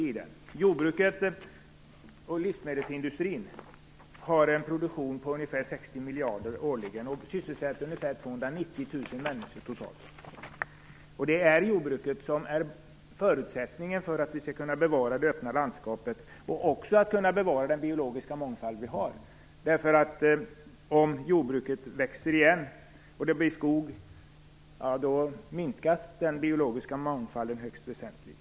Jordbrukets och livsmedelsindustrins produktion uppgår årligen till ungefär 60 miljarder kronor och sysselsätter ungefär 290 000 människor totalt. Det är jordbruket som är förutsättningen för att vi skall kunna bevara det öppna landskapet och den biologiska mångfald som vi har, därför att om jordbruket växer igen och det blir skog, minskas den biologiska mångfalden högst väsentligt.